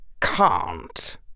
can't